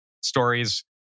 stories